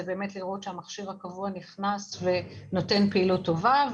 כדי לראות שהמכשיר הקבוע נכנס ונותן פעילות טובה.